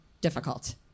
difficult